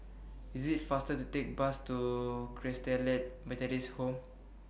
IS IT faster to Take Bus to Christalite Methodist Home